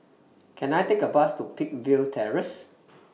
Can I Take A Bus to Peakville Terrace